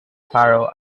faroe